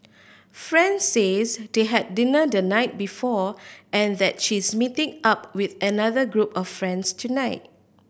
friend says they had dinner the night before and that she's meeting up with another group of friends tonight